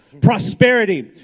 prosperity